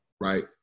Right